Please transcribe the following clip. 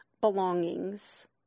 belongings